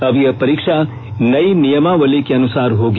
अब यह परीक्षा नयी नियमावली के अनुसार होगी